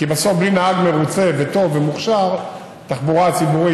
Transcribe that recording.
כי בסוף בלי נהג מרוצה וטוב ומוכשר התחבורה הציבורית,